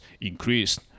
increased